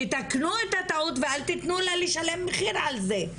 תתקנו את הטעות ואל תתנו לה לשלם מחיר על זה.